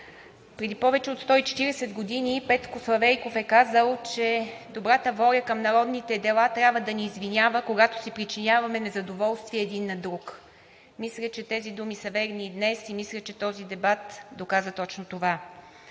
Преди повече от 140 години Петко Славейков е казал: „Добрата воля към народните дела трябва да ни извинява, когато си причиняваме незадоволствие един на друг.“ Мисля, че тези думи са верни и днес и мисля, че този дебат доказа точно това.